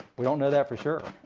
we don't know that for sure.